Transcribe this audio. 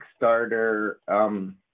Kickstarter